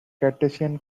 cartesian